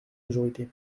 majorité